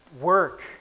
Work